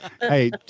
Hey